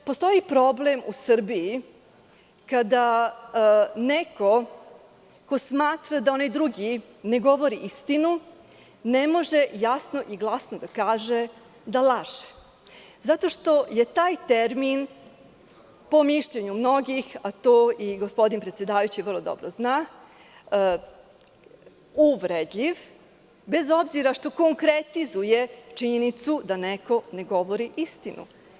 Postoji problem u Srbiji kada neko ko smatra da onaj drugi ne govori istinu ne može jasno i glasno da kaže da laže, zato što je taj termin po mišljenju mnogih, a to i gospodin predsedavajući vrlo dobro zna, uvredljiv, bez obzira što konkretizuje činjenicu da neko ne govori istinu.